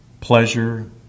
pleasure